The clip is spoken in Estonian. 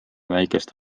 väikest